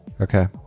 Okay